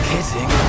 Kissing